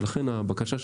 ולכן הבקשה שלי,